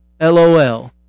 LOL